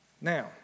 Now